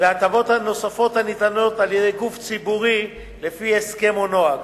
ולהטבות נוספות הניתנות על-ידי גוף ציבורי לפי הסכם או נוהג,